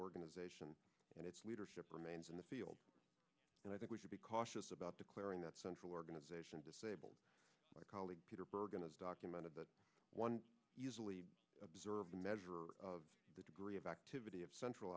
organization and its leadership remains in the field and i think we should be cautious about declaring that central organization disabled my colleague peter bergen has documented that one usually observe and measure of the degree of activity of central